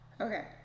Okay